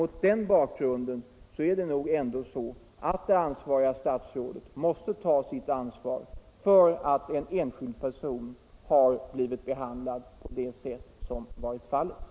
Mot den bakgrunden är det nog ändå så att handelsministern måste ta sitt ansvar för att en enskild person har blivit behandlad på det sätt som har varit fallet.